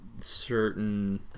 Certain